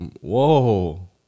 Whoa